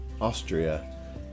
Austria